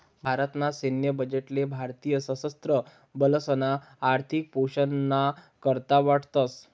भारत ना सैन्य बजेट ले भारतीय सशस्त्र बलेसना आर्थिक पोषण ना करता वाटतस